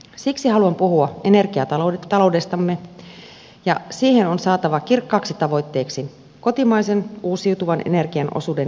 siksi haluan puhua energiataloudestamme ja siihen on saatava kirkkaaksi tavoitteeksi kotimaisen uusiutuvan energian osuuden lisääminen